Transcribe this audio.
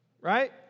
right